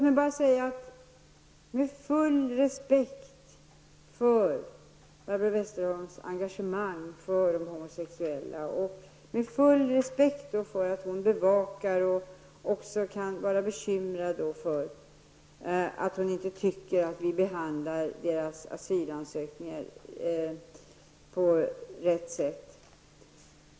Jag har all respekt för Barbro Westerholms engagemang för de homosexuella och för hennes bekymmer för att vi, som hon ser det, inte behandlar deras asylsökningar på rätt sätt.